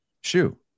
shoe